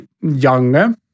younger